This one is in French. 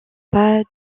pas